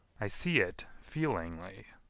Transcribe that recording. i see it feelingly.